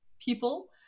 people